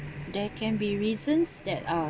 there can be reasons that are